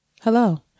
Hello